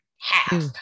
half